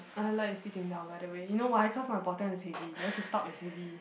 I like sitting down by the way you know why cause my bottom is heavy yours is top is heavy